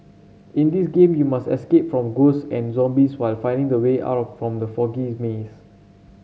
in this game you must escape from ghosts and zombies while finding the way out from the foggy maze